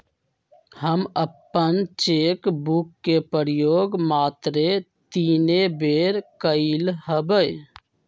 हम अप्पन cheque book के प्रयोग मातरे तीने बेर कलियइ हबे